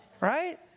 right